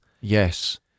Yes